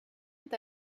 est